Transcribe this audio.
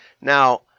Now